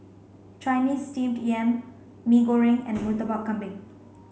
Chinese steamed yam Mee Goreng and Murtabak Kambing